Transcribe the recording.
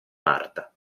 marta